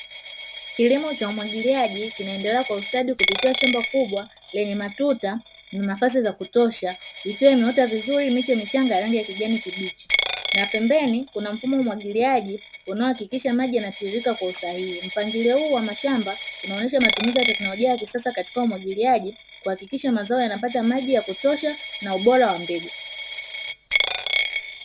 Kilimo cha umwagiliaji kinaendelea kwa ustadi kupitia shamba kubwa lenye matuta na nafasi za kutosha, ikiwa imeota vizuri miche michanga ya rangi ya kijani kibichi, na pembeni kuna mfumo wa umwagiliaji unaohakikisha maji yanatiririka kwa usahihi. Mpangilio huu wa mashamba unaonyesha matumizi ya teknolojia ya kisasa katika umwagiliaji kuhakikisha mazao yanapata maji ya kutosha na ubora wa mbegu.